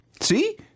See